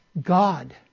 God